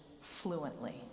fluently